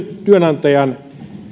työnantajan